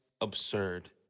absurd